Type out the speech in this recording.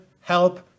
help